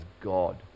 God